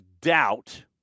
doubt